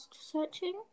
searching